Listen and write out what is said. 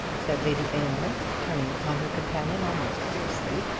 said lady aylmer, turning upon her companion almost fiercely.